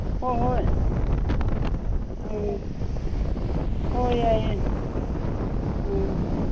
ꯍꯣꯏ ꯍꯣꯏ ꯎꯝ ꯍꯣꯏ ꯌꯥꯏꯌꯦ ꯎꯝ